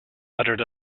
uttered